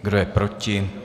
Kdo je proti?